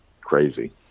crazy